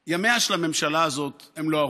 ימיה של הממשלה הזאת הם לא ארוכים.